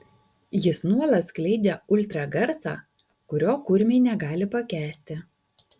jis nuolat skleidžia ultragarsą kurio kurmiai negali pakęsti